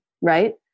right